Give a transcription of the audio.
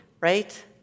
right